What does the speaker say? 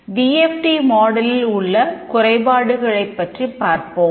D F T மாடலில் உள்ள குறைபாடுகளைப் பற்றிப் பார்ப்போம்